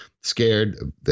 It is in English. scared